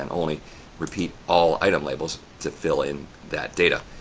and only repeat all item labels to fill in that data.